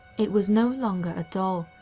it was no longer a doll,